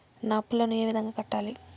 నా అప్పులను ఏ విధంగా కట్టాలి?